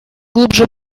глубже